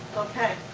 okay,